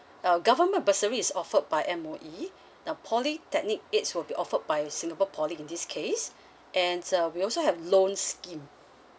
uh government bursary is offered by M_O_E uh polytechnic aids will be offered by singapore poly in this case ands uh we also have loans scheme